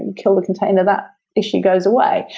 and kill the container, that issue goes away.